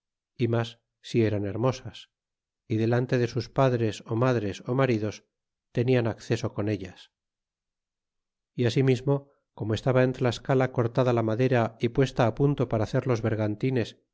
y mas si eran hermosas y delante en sus padres ó madres ó maridos tenian acceso con ellas y asimismo como estaba en tlascala cortada la madera y puesta á punto para hacer los vergantines